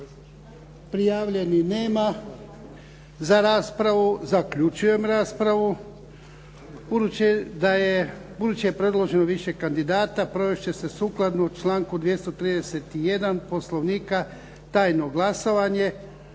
Prijavljenih nema za raspravu. Zaključujem raspravu. Budući je predloženo više kandidata provest će se sukladno članku 231. Poslovnika tajno glasovanje,